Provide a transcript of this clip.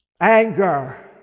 anger